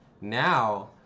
now